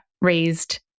raised